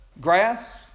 grass